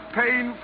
pain